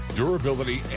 durability